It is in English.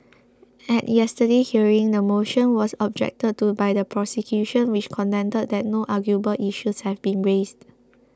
at yesterday's hearing the motion was objected to by the prosecution which contended that no arguable issues have been raised